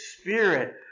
Spirit